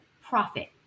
profit